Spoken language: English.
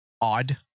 odd